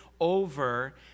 over